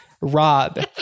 Rob